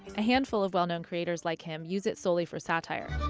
a handful of well known creators like him use it solely for satire.